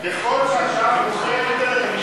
אתה משתבח עם השעה.